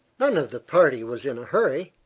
none of the party was in a hurry.